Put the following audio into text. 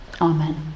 Amen